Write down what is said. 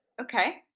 Okay